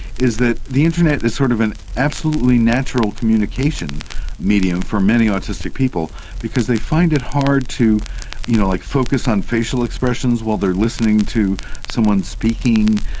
is that the internet is sort of an absolutely natural communication medium for many autistic people because they find it hard to you know like focus on facial expressions while they are listening to someone speaking.